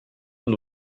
und